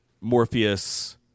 Morpheus